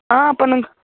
अहाँ अपन